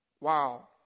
Wow